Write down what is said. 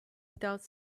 without